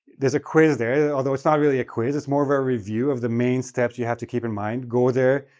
there's a quiz there, although it's not really a quiz, it's more of a review of the main steps that you have to keep in mind. go there,